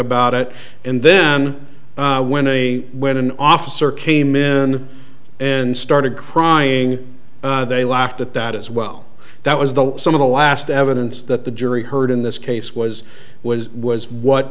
about it and then when they when an officer came in and started crying they laughed at that as well that was the sum of the last evidence that the jury heard in this case was was was what